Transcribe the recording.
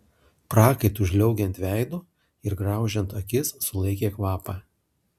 prakaitui žliaugiant veidu ir graužiant akis sulaikė kvapą